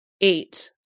eight